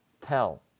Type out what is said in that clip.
tell